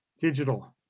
digital